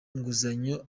nguzanyo